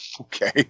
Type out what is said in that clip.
Okay